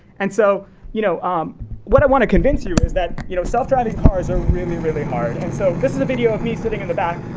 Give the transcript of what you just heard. and so you know um what i want to convince you is that you know self-driving cars are really, really hard. and so this is a video of me sitting in the back,